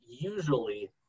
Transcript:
usually